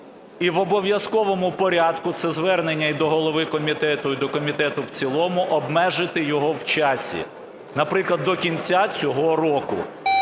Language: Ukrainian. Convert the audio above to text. І в обов'язковому порядку це звернення і до голови комітету, і до комітету в цілому обмежити його в часі. Наприклад, до кінця цього року.